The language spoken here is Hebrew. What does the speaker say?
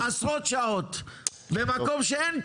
אני אומר לך שעל חומש היא השקיעה עשרות שעות במקום שאין תב"ע,